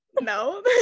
No